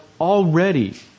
already